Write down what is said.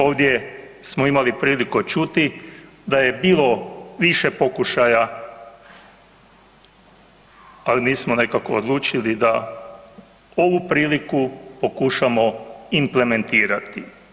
Ovdje smo imali priliku čuti da je bilo više pokušaja, ali nismo nekako odlučili da ovu priliku pokušamo implementirati.